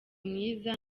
mwiza